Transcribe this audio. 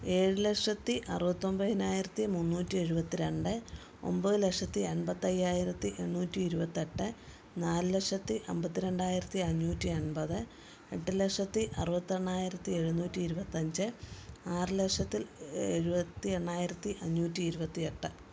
ഏഴ് ലക്ഷത്തി അറുപത്തി ഒന്പതിനായിരത്തി മുന്നുറ്റി എഴുപത്തി രണ്ട് ഒമ്പത് ലക്ഷത്തി അൻപത്തി അയ്യായിരത്തി എണ്ണൂറ്റി ഇരുപത്തിയെട്ട് നാല് ലക്ഷത്തി അമ്പത്തി രണ്ടായിരത്തിഅഞ്ഞൂറ്റി അൻപത് എട്ട് ലക്ഷത്തി അറുപത്തി എണ്ണായിരത്തി എഴുന്നൂറ്റി ഇരുപത്തിയഞ്ച് ആറു ലക്ഷത്തി എ എഴുപത്തി എണ്ണായിരത്തി അഞ്ഞുറ്റി ഇരുപത്തി എട്ട്